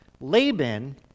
Laban